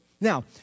Now